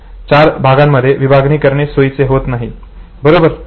चार भागांमध्ये विभागणी करणे सोयीचे होत नाही बरोबर